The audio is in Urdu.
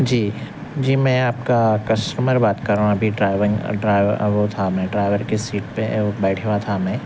جی جی میں آپ کا کسٹمر بات کر رہا ہوں وہ تھا میں ڈرائیور کے سیٹ پہ بیٹھے ہوا تھا میں